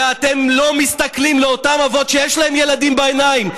ואתם לא מסתכלים לאותם אבות שיש להם ילדים בעיניים.